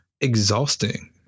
Exhausting